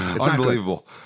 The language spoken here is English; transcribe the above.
unbelievable